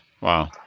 Wow